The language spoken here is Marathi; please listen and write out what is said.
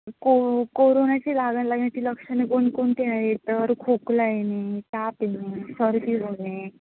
को कोरोनाची लागण लागण्याची लक्षणं कोणकोणते आहेत तर खोकला येणे ताप येणे सर्दी होणे